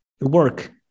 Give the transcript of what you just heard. work